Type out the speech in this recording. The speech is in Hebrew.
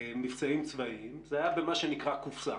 מבצעים צבאיים, זה היה במה שנקרא קופסה,